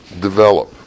develop